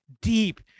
deep